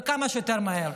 וכמה שיותר מהר.